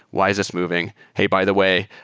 why is this moving? hey, by the way,